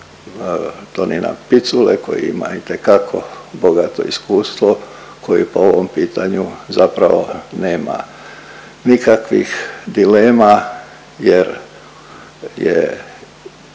Tonina Picule koji ima itekako bogato iskustvo koji po ovom pitanju zapravo nema nikakvih dilema jer je kao i